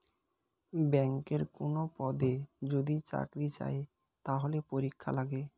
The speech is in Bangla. ব্যাংকে কোনো পদে যদি চাকরি চায়, তাহলে পরীক্ষা লাগে